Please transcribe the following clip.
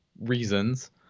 reasons